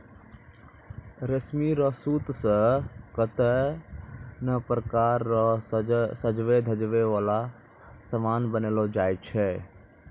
रेशमी रो सूत से कतै नै प्रकार रो सजवै धजवै वाला समान बनैलो जाय छै